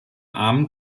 armen